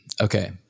Okay